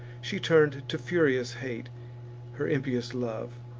she turn'd to furious hate her impious love.